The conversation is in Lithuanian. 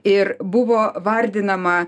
ir buvo vardinama